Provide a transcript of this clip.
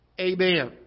Amen